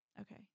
okay